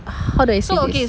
how do I say this